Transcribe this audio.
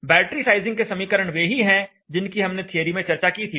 battery sizing के समीकरण वे ही हैं जिनकी हमने थिअरी में चर्चा की थी